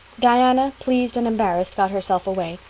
diana, pleased and embarrassed, got herself away,